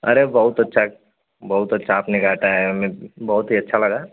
अरे बहुत अच्छा बहुत अच्छा आपने काटा है हमें बहुत ही अच्छा लगा